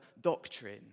doctrine